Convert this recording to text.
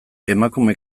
emakume